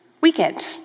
weekend